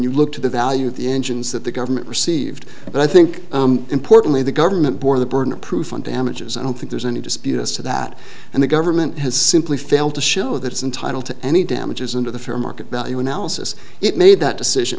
you look to the value of the engines that the government received but i think importantly the government bore the burden of proof on damages i don't think there's any dispute as to that and the government has simply failed to show that it's entitle to any damages into the fair market value analysis it made that decision